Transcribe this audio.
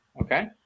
Okay